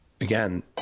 again